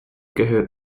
gehört